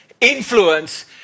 influence